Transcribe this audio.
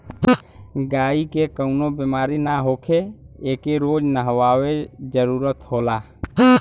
गायी के कवनो बेमारी ना होखे एके रोज नहवावे जरुरत होला